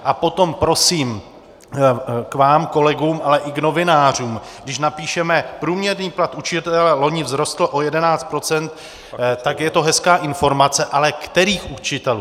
A potom prosím k vám kolegům, ale i novinářům: když napíšeme průměrný plat učitele loni vzrostl o 11 %, tak je to hezká informace ale kterých učitelů?